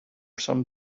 some